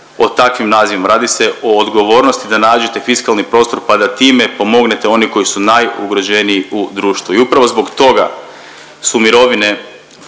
o takvim nazivima. Radi se o odgovornosti da nađete fiskalni prostor, pa da time pomognete one koji su najugroženiji u društvu. I upravo zbog toga su mirovine